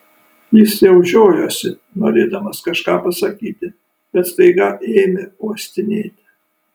jis jau žiojosi norėdamas kažką pasakyti bet staiga ėmė uostinėti